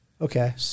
Okay